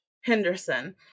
Henderson